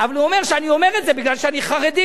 אבל הוא אומר שאני אומר את זה מפני שאני חרדי,